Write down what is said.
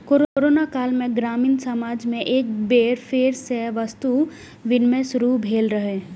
corona काल मे ग्रामीण समाज मे एक बेर फेर सं वस्तु विनिमय शुरू भेल रहै